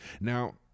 Now